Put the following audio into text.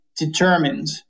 Determined